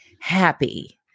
happy